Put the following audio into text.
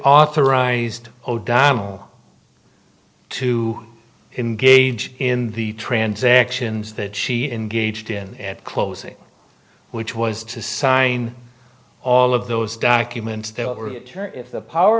authorized o'donnell to engage in the transactions that she engaged in at closing which was to sign all of those documents there or if the power